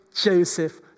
Joseph